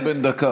זה נאום בן דקה.